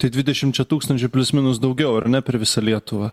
tai dvidešimčia tūkstančių plius minus daugiau ar ne per visą lietuvą